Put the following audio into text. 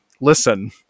listen